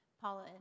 Paula